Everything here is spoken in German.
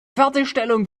fertigstellung